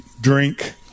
drink